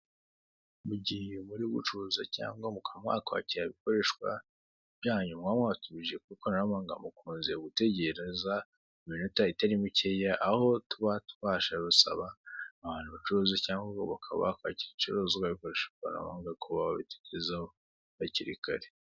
Mu gihe muri bucuruze cyangwa mukaba mwakwakira ibikoresho byanyu muba mwatumije ku ikoranabuhanga mukunze gutegereza iminota itari mikeya aho tuba twabashije gusaba abantu bacuruza cyangwa bakaba bakwaka ibicuruzwa kuba babitugezaho hakiri kare.